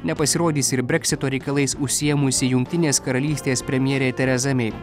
nepasirodys ir breksito reikalais užsiėmusi jungtinės karalystės premjerė tereza mei